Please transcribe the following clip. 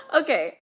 okay